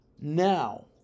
Now